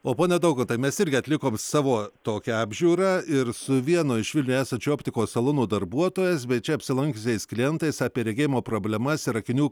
o pone daukontai mes irgi atlikom savo tokią apžiūrą ir su vienu iš vilniuj esančių optikos salono darbuotojais bei čia apsilankiusiais klientais apie regėjimo problemas ir akinių